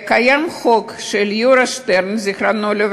קיים חוק של יורי שטרן ז"ל,